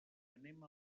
anem